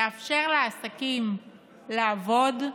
נאפשר לעסקים לעבוד,